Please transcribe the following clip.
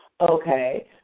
okay